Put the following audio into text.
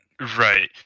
Right